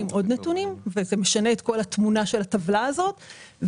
עוד נתונים וזה משנה את כל התמונה של הטבלה הזאת.